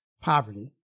Poverty